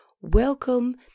Welcome